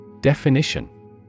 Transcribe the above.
Definition